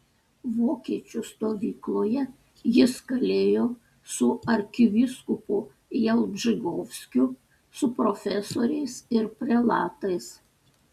vokiečių stovykloje jis kalėjo su arkivyskupu jalbžykovskiu su profesoriais ir prelatais